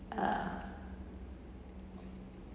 uh